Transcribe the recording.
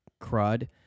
crud